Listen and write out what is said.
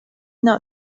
know